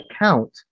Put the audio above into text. account